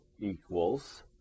equals